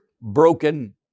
broken